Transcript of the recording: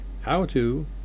how-to